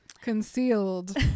Concealed